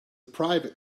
private